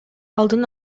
алдын